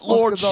Lord